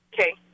Okay